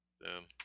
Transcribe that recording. Boom